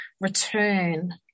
return